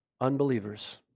unbelievers